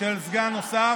של סגן נוסף,